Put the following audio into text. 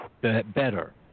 better